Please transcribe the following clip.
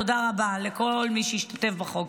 תודה רבה לכל מי שהשתתף בחוק.